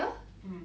mm